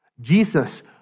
Jesus